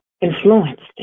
influenced